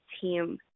team